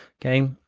okay?